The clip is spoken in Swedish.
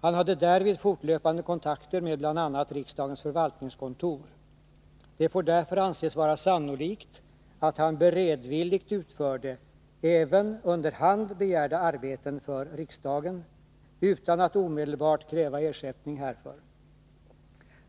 Han hade därvid fortlöpande kontakter med bl.a. riksdagens förvaltningskontor. Det får därför anses vara sannolikt att han beredvilligt utförde även under hand begärda arbeten för riksdagen utan att omedelbart kräva ersättning härför.